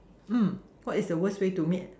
mm what is the worst way to meet